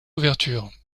ouvertures